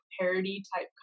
parody-type